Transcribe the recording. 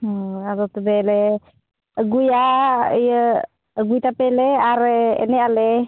ᱦᱮᱸ ᱟᱫᱚ ᱛᱚᱵᱮ ᱞᱮ ᱟᱹᱜᱩᱭᱟ ᱤᱭᱟᱹ ᱟᱹᱜᱩᱭ ᱛᱟᱯᱮᱭᱟᱞᱮ ᱟᱨ ᱮᱱᱮᱡ ᱟᱞᱮ